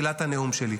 האמת.